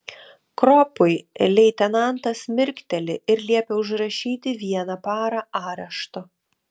kropui leitenantas mirkteli ir liepia užrašyti vieną parą arešto